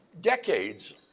decades